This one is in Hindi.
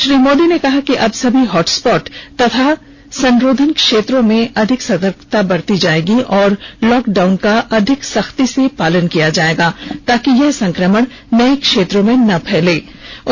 श्री मोदी ने कहा कि अब सभी हॉट स्पॉट तथा संरोधन क्षेत्रों में अधिक सतर्कता बरती जायेगी और लॉकडाउन का और सख्ती से पालन किया जायेगा ताकि यह संक्रमण नये क्षेत्रों में न फैल सके